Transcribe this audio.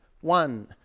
one